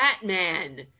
Batman